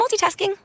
multitasking